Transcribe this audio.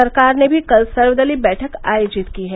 सरकार ने भी कल सर्वदलीय बैठक आयोजित की है